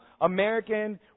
American